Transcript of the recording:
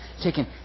taken